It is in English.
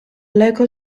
local